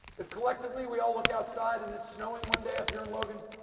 if collectively we all look outside and it's snowing one day up here in logan,